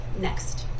next